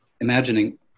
imagining